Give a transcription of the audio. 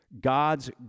God's